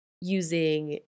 using